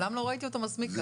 מעולם לא ראיתי אותו מסמיק כך.